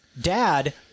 Dad